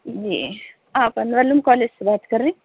جی آپ انوار العلوم کالج سے بات کر رہیں